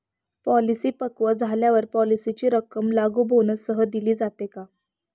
Policy पक्व झाल्यावर पॉलिसीची रक्कम लागू बोनससह दिली जाते का?